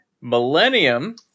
Millennium